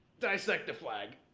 dissect the flag.